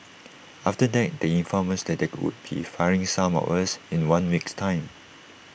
after that they informed us they would be firing some of us in one week's time